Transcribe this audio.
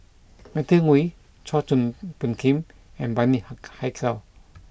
Matthew Ngui Chua Phung Kim and Bani Hak Haykal